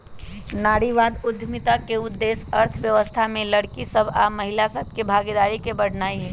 नारीवाद उद्यमिता के उद्देश्य अर्थव्यवस्था में लइरकि सभ आऽ महिला सभ के भागीदारी के बढ़ेनाइ हइ